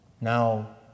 Now